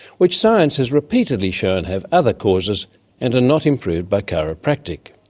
which science has repeatedly shown have other causes and are not improved by chiropracticthe